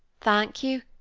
thank you,